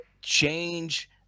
change